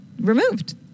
removed